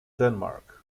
denmark